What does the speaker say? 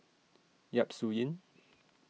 Yap Su Yin